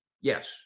Yes